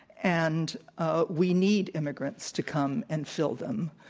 and ah we need immigrants to come and fill them.